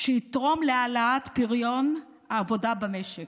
שיתרום להעלאת פריון העבודה במשק.